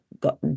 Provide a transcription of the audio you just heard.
got